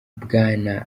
bwana